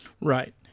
Right